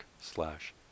slash